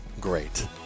great